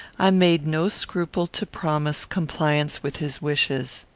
i made no scruple to promise compliance with his wishes.